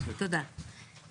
תודה.